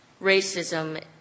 racism